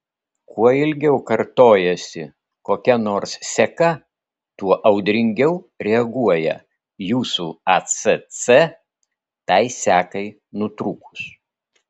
kuo ilgiau kartojasi kokia nors seka tuo audringiau reaguoja jūsų acc tai sekai nutrūkus